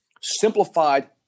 simplified